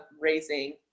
raising